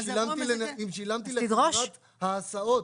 אם יש הסעות,